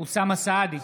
אוסאמה סעדי,